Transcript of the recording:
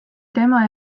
tema